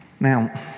Now